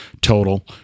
total